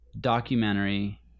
documentary